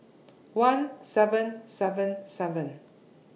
one seven seven seven